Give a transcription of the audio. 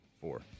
four